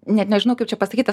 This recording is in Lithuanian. net nežinau kaip čia pasakyt tas